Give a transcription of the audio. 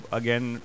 again